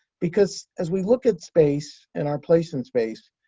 because as we look at space and our place in space,